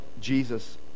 Jesus